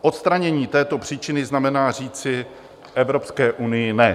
Odstranění této příčiny znamená říci Evropské unii ne.